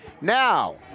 Now